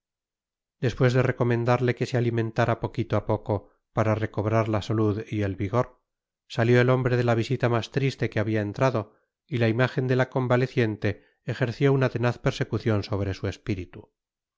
después de recomendarle que se alimentara poquito a poco para recobrar la salud y el vigor salió el hombre de la visita más triste que había entrado y la imagen de la convaleciente ejerció una tenaz persecución sobre su espíritu